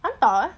entah eh